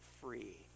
free